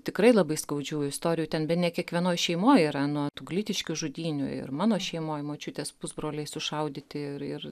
tikrai labai skaudžių istorijų ten bene kiekvienoj šeimoj yra nuo tų glitiškių žudynių ir mano šeimoj močiutės pusbroliai sušaudyti ir ir